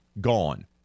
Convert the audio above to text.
gone